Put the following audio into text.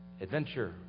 adventure